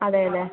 അതെ അതെ